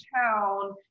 town